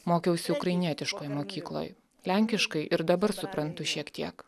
mokiausi ukrainietiškoj mokykloj lenkiškai ir dabar suprantu šiek tiek